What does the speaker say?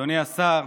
אדוני השר,